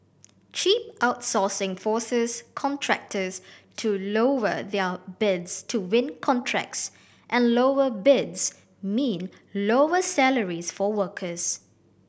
cheap outsourcing forces contractors to lower their bids to win contracts and lower bids mean lower salaries for workers